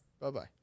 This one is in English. Bye-bye